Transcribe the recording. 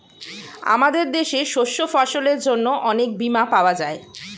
আমাদের দেশে শস্য ফসলের জন্য অনেক বীমা পাওয়া যায়